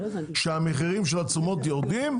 כשהמחירים של התשומות יורדים,